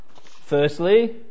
firstly